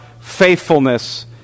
faithfulness